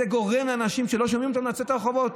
זה גורם לאנשים שלא שומעים אותם לצאת לרחובות.